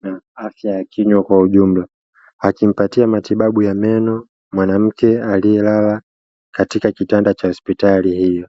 na afya ya kinywa kwa ujumla, akimpatia matibabu ya meno mwanamke aliyelala katika kitanda cha hospitali hiyo.